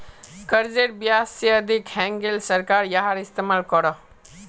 कर्जेर ब्याज से अधिक हैन्गेले सरकार याहार इस्तेमाल करोह